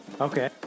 Okay